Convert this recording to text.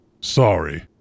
Sorry